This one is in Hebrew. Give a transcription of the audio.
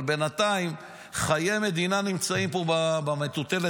אבל בינתיים חיי מדינה נמצאים פה במטוטלת.